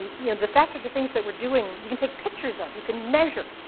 the and the fact that the things that we're doing you can take pictures of, you can measure,